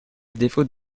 défaut